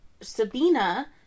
Sabina